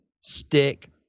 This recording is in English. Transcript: stick